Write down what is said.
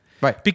Right